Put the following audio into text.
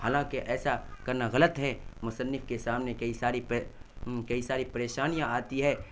حالانکہ ایسا کرنا غلط مصنف کے سامنے کئی ساری کئی ساری پریشانیا آتی ہے